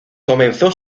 comenzó